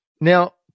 Now